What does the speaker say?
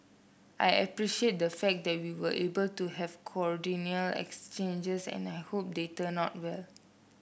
I appreciate the fact that we were able to have cordial exchanges and I hope they turn out well